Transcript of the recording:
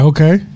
Okay